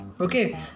Okay